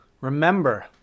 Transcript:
remember